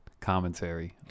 commentary